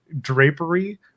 drapery